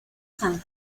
san